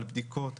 על בדיקות,